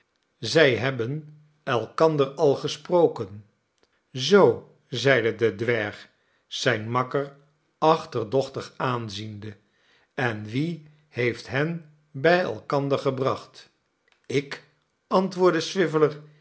zij hebben elkander al gesproken zoo zeide de dwerg zijn makker achterdochtig aanziende en wie heeft hen bij elkander gebracht ik antwoordde